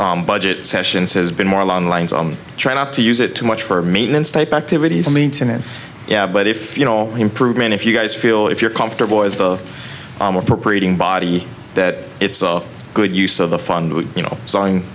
said budget session says been more along the lines on trying not to use it too much for maintenance type activities maintenance yeah but if you know improvement if you guys feel if you're comfortable as of appropriating body that it's a good use of the fun you know sewing